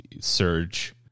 surge